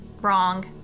Wrong